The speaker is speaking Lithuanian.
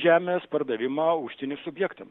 žemės pardavimą užsienio subjektam